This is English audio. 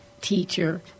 teacher